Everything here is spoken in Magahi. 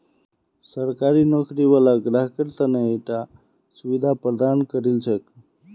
सरकारी नौकरी वाला ग्राहकेर त न ईटा सुविधा प्रदान करील छेक